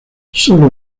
sólo